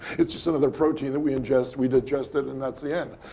it's just another protein that we ingest. we digest it, and that's the end.